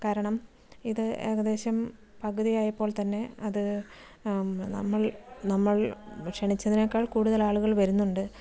കാരണം ഇത് ഏകദേശം പകുതിയായപ്പോൾ തന്നെ അത് നമ്മൾ നമ്മൾ ക്ഷണിച്ചതിനേക്കാൾ കൂടുതലാളുകൾ വരുന്നുണ്ട്